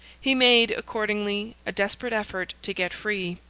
he made, accordingly, a desperate effort to get free.